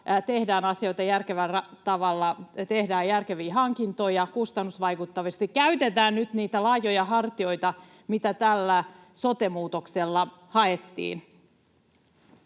tehdään asioita järkevällä tavalla, tehdään järkeviä hankintoja kustannusvaikuttavasti, käytetään nyt niitä laajoja hartioita, mitä tällä sote-muutoksella haettiin.